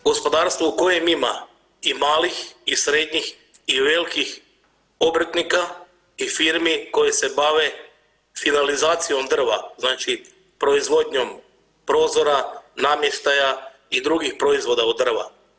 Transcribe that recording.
Gospodarstvu u kojem ima i malih i srednjih i velikih obrtnika i firmi koje se bave finalizacijom drva, znači proizvodnjom prozora, namještaja i drugih proizvoda od drva.